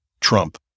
Trump